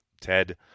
Ted